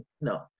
No